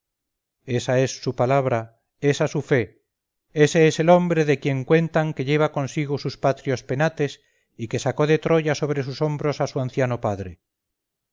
esa es su palabra esa su fe ese es el hombre de quien cuentan que lleva consigo sus patrios penates y que sacó de troya sobre sus hombros a su anciano padre